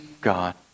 God